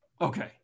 Okay